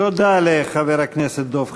תודה לחבר הכנסת דב חנין.